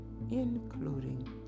including